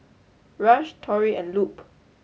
Rush Tori and Lupe